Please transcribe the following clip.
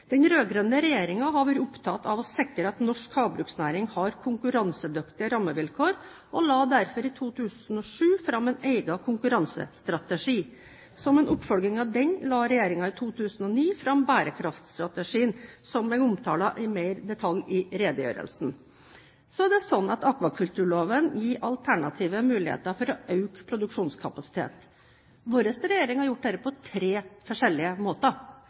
Den rød-grønne regjeringen har vært opptatt av å sikre at norsk havbruksnæring har konkurransedyktige rammevilkår, og la derfor i 2007 fram en egen konkurransestrategi. Som en oppfølging av den la regjeringen i 2009 fram bærekraftstrategien, som jeg omtalte i mer detalj i redegjørelsen. Så er det slik at akvakulturloven gir alternative muligheter for å øke produksjonskapasiteten. Vår regjering har gjort dette på tre forskjellige måter: